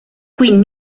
queen